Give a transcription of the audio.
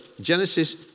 Genesis